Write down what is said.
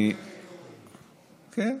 כן,